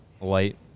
light